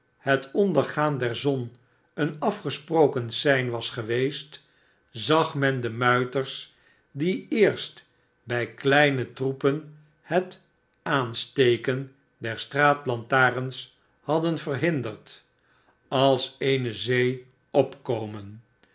het ondergaan der zon een afgesproken sein was geweest zag men de muiters die eerst bij kleme troepen het aansteken der straatlantarens hadden verhinderd als eene zee opkomen